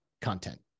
content